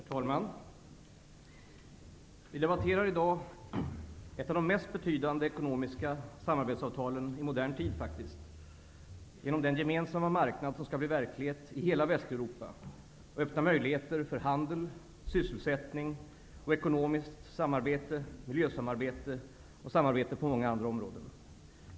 Herr talman! Vi debatterar i dag ett av de mest betydande ekonomiska samarbetsavtalen i modern tid genom den gemensamma marknad som skall bli verklighet i hela Västeuropa och öppna möjligheter för handel, sysselsättning, ekonomiskt samarbete, miljösamarbete och samarbetet på många andra områden.